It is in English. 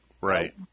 right